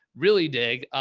really dig,